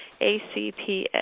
ACPA